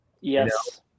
Yes